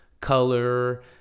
color